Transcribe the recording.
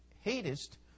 hatest